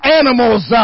animals